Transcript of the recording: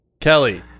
Kelly